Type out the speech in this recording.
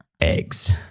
eggs